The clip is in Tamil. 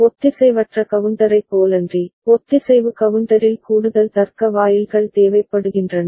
ஒத்திசைவற்ற கவுண்டரைப் போலன்றி ஒத்திசைவு கவுண்டரில் கூடுதல் தர்க்க வாயில்கள் தேவைப்படுகின்றன